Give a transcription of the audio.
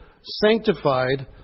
sanctified